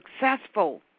successful